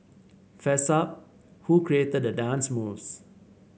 fess up who created the dance moves